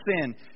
sin